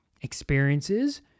experiences